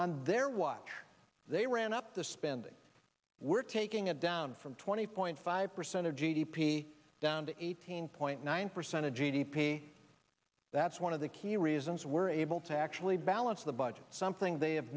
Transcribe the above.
on their watch they ran up the spending we're taking it down from twenty point five percent of g d p down to eighteen point nine percent of g d p that's one of the key reasons we're able to actually balance the budget something they have